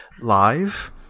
live